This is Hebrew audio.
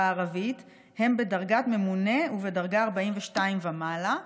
הערבית הם בדרגת ממונה ובדרגה 42 ומעלה,